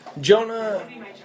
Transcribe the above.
Jonah